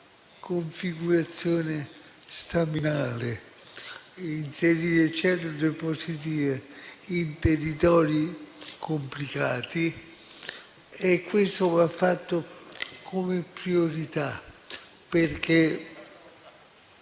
configurazione staminale, l'inserimento di cellule positive in territori complicati e questo va fatto come priorità, perché